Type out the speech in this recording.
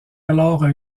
alors